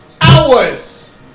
hours